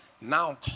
now